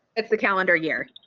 it's the calendar year